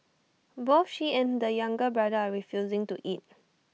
both she and the younger brother are refusing to eat